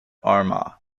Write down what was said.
armagh